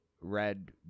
red